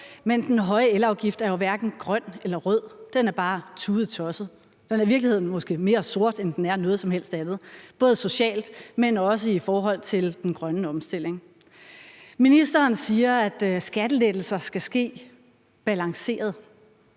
men den høje elafgift er jo hverken grøn eller rød. Den er bare tudetosset. Den er i virkeligheden måske mere sort, end den er noget som helst andet, både socialt, men også i forhold til den grønne omstilling. Ministeren siger, at skattelettelser skal ske balanceret,